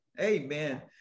Amen